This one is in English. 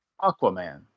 Aquaman